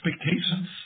expectations